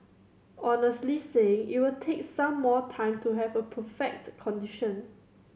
honestly saying it will take some more time to have a perfect condition